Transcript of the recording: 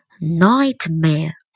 Nightmare